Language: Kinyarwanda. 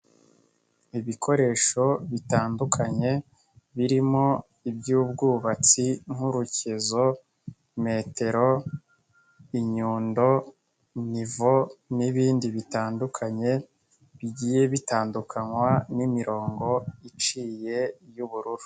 Ibikoresho bitandukanye birimo iby'ubwubatsi nk'urukezo, metero, inyundo, nivo n'ibindi bitandukanye, bigiye bitandukanywa n'imirongo iciye y'ubururu.